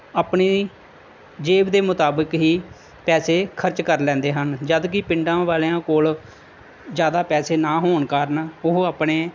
ਆਪਣੀ ਜੇਬ ਦੇ ਮੁਤਾਬਕ ਹੀ ਪੈਸੇ ਖਰਚ ਕਰ ਲੈਂਦੇ ਹਨ ਜਦਕਿ ਪਿੰਡਾਂ ਵਾਲਿਆਂ ਕੋਲ ਜ਼ਿਆਦਾ ਪੈਸੇ ਨਾ ਹੋਣ ਕਾਰਨ ਉਹ ਆਪਣੇ